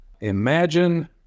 Imagine